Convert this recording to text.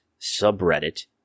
subreddit